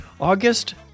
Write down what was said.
August